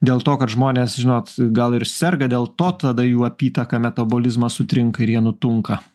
dėl to kad žmonės žinot gal ir serga dėl to tada jų apytaka metabolizmas sutrinka ir jie nutunka